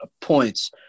points